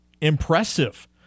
impressive